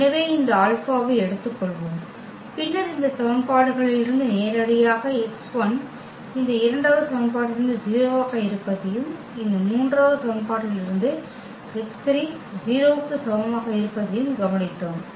எனவே இந்த ஆல்பாவை எடுத்துக்கொள்வோம் பின்னர் இந்த சமன்பாடுகளிலிருந்து நேரடியாக x1 இந்த இரண்டாவது சமன்பாட்டிலிருந்து 0 ஆக இருப்பதையும் இந்த மூன்றாவது சமன்பாட்டிலிருந்து x3 0 க்கு சமமாக இருப்பதையும் கவனித்தோம்